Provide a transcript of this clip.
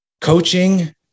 coaching